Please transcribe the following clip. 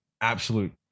absolute